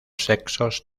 sexos